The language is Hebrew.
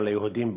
וליהודים בלבד.